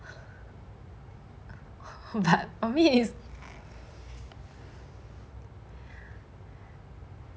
but for me is